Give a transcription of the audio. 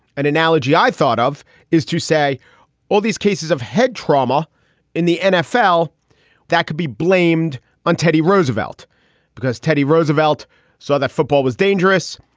an analogy i thought of is to say all these cases of head trauma in the nfl that could be blamed on teddy roosevelt because teddy roosevelt saw that football was dangerous,